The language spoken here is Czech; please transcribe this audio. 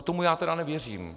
Tomu já tedy nevěřím.